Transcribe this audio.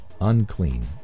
unclean